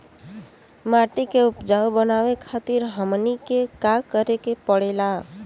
माटी के उपजाऊ बनावे खातिर हमनी के का करें के पढ़ेला?